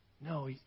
No